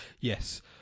Yes